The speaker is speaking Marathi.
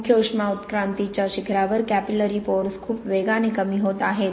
मुख्य उष्मा उत्क्रांतीच्या शिखरावर कॅपिलॅरी पोअर्स खूप वेगाने कमी होत आहेत